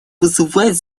вызывает